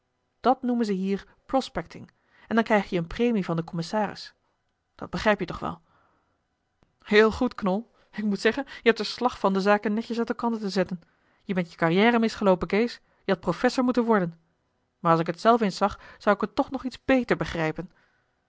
dat noemen ze hier prospecting en dan krijg je eene premie van den commissaris dat begrijp je toch wel heel goed knol ik moet zeggen je hebt er slag van de zaken netjes uit elkander te zetten je bent je carrière misgeloopen kees je hadt professor moeten worden maar als ik het zelf eens zag zou ik het toch nog iets beter begrijpen